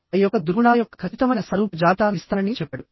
A యొక్క దుర్గుణాల యొక్క ఖచ్చితమైన సారూప్య జాబితాను ఇస్తానని చెప్పాడు